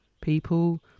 people